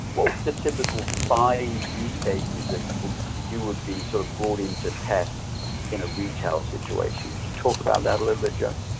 the typical five use cases that you you would be sort of brought into test in a retail situation? could you talk about that a little bit, joe?